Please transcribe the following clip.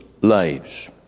lives